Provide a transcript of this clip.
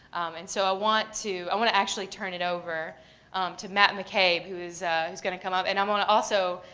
and so i want to, i want to actually turn it over to matt mccabe who is who is going to come up. and i um want to also,